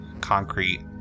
concrete